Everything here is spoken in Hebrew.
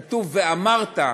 כתוב: ואמרת,